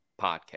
podcast